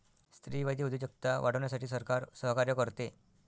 स्त्रीवादी उद्योजकता वाढवण्यासाठी सरकार सहकार्य करते